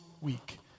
week